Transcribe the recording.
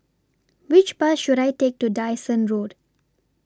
Which Bus should I Take to Dyson Road